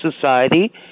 society